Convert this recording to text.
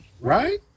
right